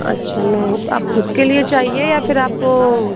अच्छा मैम आप खुद के लिए चाहिए या फिर आपको